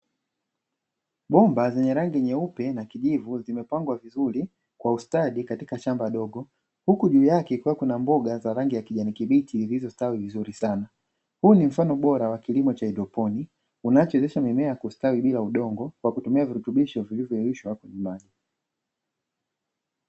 Bomba lenye rangi nyeupe na kijivu zimepangwa vizuri kwa ustadi katika shamba dogo, huku juu yake kukiwa kuna mboga za rangi ya kijani kibichi iliyostawi vizuri sana. Huu ni mfano bora wa kilimo cha haidroponi, unachoonyesha mimea kustawi bila udongo kwa kutumia virutubisho vilivyoyayushwa kwenye maji.